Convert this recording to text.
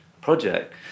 project